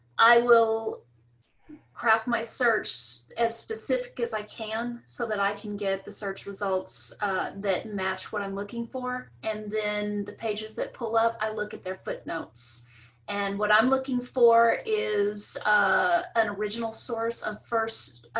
i will craft my search as specific as i can so that i can get the search results that match what i'm looking for. and then the pages that pull up. i look at their footnotes and what i'm looking for is a an original source of first